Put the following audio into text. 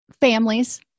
families